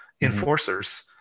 enforcers